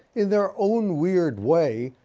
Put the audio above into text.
in their own weird way,